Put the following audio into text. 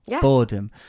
boredom